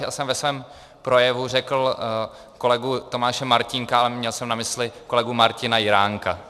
Já jsem ve svém projevu řekl kolegu Tomáše Martínka, ale měl jsem na mysli kolegu Martina Jiránka.